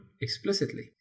explicitly